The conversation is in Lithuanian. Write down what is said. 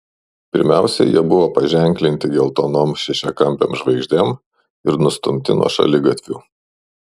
pirmiausia jie buvo paženklinti geltonom šešiakampėm žvaigždėm ir nustumti nuo šaligatvių